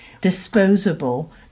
Disposable